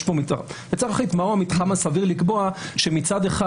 צריך להחליט מהו המתחם הסביר לקבוע שמצד אחד